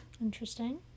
Interesting